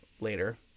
later